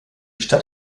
stadt